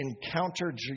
encounter